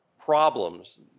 problems